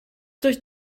durch